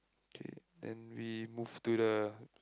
okay then we move to the